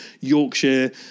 Yorkshire